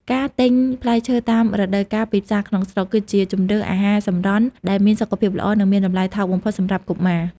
ការទិញផ្លែឈើតាមរដូវកាលពីផ្សារក្នុងស្រុក គឺជាជម្រើសអាហារសម្រន់ដែលមានសុខភាពល្អ និងមានតម្លៃថោកបំផុតសម្រាប់កុមារ។